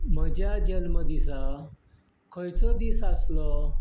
म्हज्या जल्मदिसा खंयचो दीस आसलो